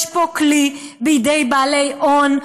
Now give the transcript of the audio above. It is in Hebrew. יש פה כלי בידי בעלי הון,